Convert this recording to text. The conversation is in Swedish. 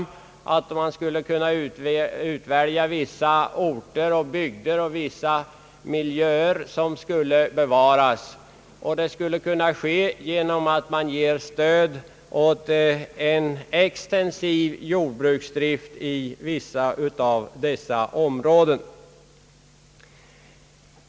Lantbruksnämnderna kunde välja ut vissa bygder och miljöer som skulle bevaras genom att man lämnade stöd åt en extensiv jordbruksdrift i vissa av dessa områden.